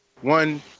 one